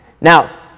Now